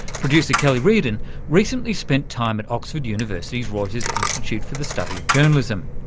producer kellie riordan recently spent time at oxford university's reuters institute for the study of journalism,